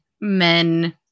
men